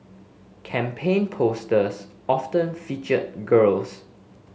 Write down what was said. campaign posters often featured girls